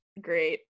great